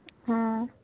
অঁ